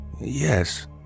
Yes